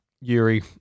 Yuri